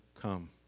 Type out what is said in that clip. come